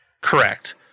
Correct